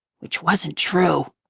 which wasn't true.